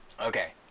Okay